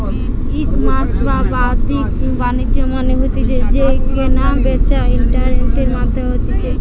ecommerce বা বাদ্দিক বাণিজ্য মানে হতিছে যেই কেনা বেচা ইন্টারনেটের মাধ্যমে হতিছে